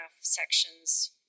sections